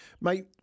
Mate